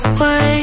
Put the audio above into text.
wait